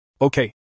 Okay